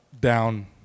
down